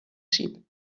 sheep